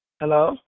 Hello